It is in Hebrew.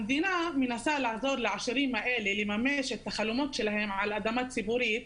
המדינה מנסה לעזור לעשירים האלה לממש את החלומות שלהם על אדמה ציבורית,